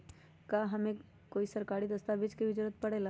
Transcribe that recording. का हमे कोई सरकारी दस्तावेज के भी जरूरत परे ला?